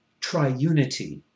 triunity